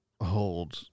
hold